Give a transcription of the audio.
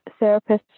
therapists